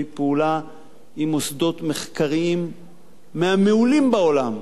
פעולה עם מוסדות מחקריים מהמעולים בעולם,